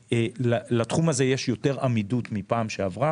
לתחום הזה יש יותר עמידות מהפעם הקודמת.